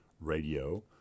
radio